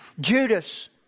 Judas